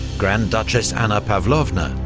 grand duchess anna pavlovna,